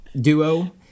duo